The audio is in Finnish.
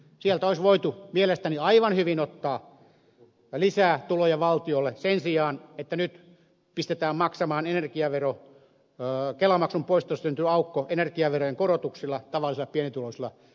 sieltä olisi voitu mielestäni aivan hyvin ottaa lisää tuloja valtiolla sen sijaan että nyt pistetään tavalliset pienituloiset ihmiset maksamaan kelamaksun poistosta syntynyt aukko energiaveron korotuksilla